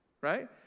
Right